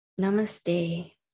namaste